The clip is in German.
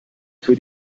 für